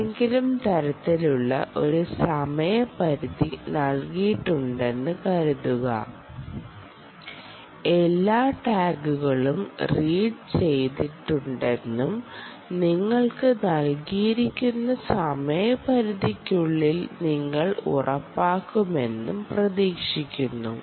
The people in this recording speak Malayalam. ഏതെങ്കിലും തരത്തിലുള്ള സമയപരിധി നൽകിയിട്ടുണ്ടെന്ന് കരുതുക എല്ലാ ടാഗുകളും റീഡ് ചെയ്തിട്ടുണ്ടെന്നും നിങ്ങൾക്ക് നൽകിയിരിക്കുന്ന സമയപരിധിക്കുള്ളിൽ നിങ്ങൾ ഉറപ്പാക്കുമെന്നും പ്രതീക്ഷിക്കുന്നു